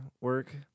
work